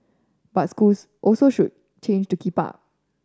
but schools also should change to keep up